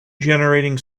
generating